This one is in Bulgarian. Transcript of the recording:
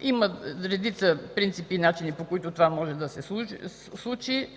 Има редица принципи и начини, по които това може да се случи.